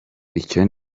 icyo